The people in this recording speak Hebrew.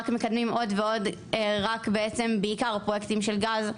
רק מקדמים עוד ועוד בעיקר פרויקטים של גז,